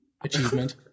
achievement